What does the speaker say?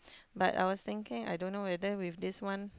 but I was thinking I don't know whether with this one